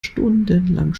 stundenlang